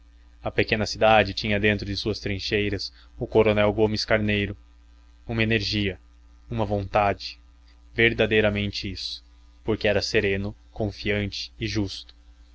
a pequena cidade tinha dentro de suas trincheiras o coronel gomes carneiro uma energia uma vontade verdadeiramente isso porque era sereno confiante e justo